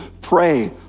pray